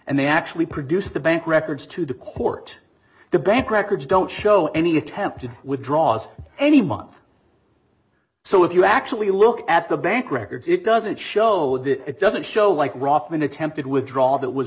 and they actually produce the bank records to the court the bank records don't show any attempt to withdraws any month so if you actually look at the bank records it doesn't show that it doesn't show like roffman attempted withdrawal that was